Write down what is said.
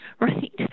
Right